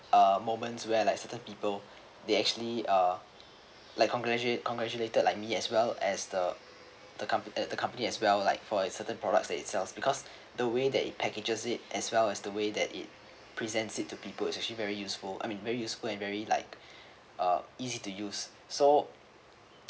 uh moments where like certain people they actually uh like congratulate congratulated like me as well as the the compa~ the company as well like for uh certain products that itself because the way that it packages it as well as the way that it presents it to people it's actually very useful I mean very useful and very like uh easy to use so